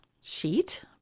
sheet